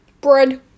bread